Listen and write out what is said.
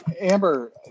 Amber